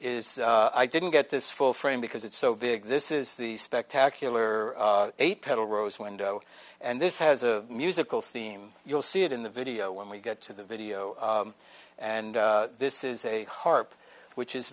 is i didn't get this full frame because it's so big this is the spectacular eight petal rose window and this has a musical theme you'll see it in the video when we get to the video and this is a harp which is